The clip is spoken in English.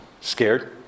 scared